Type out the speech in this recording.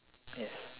yes